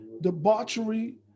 debauchery